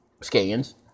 scans